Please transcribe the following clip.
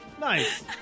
Nice